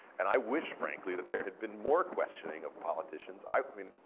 and i wish, frankly, that there had been more questioning of politicians. i mean,